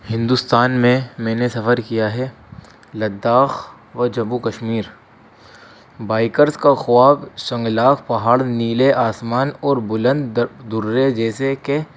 ہندوستان میں میں نے سفر کیا ہے لداخ و جمو کشمیر بائکرس کا خواب شنگلاق پہاڑ نیلے آسمان اور بلند درے جیسے کہ